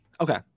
okay